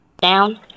Down